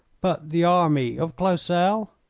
but the army of clausel?